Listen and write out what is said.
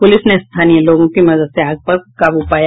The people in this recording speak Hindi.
पुलिस ने स्थानीय लोगों की मदद से आग पर काबू पाया